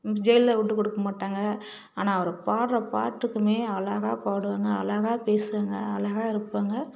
ஜெயலலிதா விட்டுக்கொடுக்க மாட்டாங்க ஆனால் அவர் பாடுற பாட்டுக்கும் அழகாக பாடுவாங்க அழகாக பேசுவாங்க அழகாக இருப்பாங்க